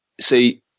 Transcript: see